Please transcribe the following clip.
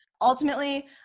Ultimately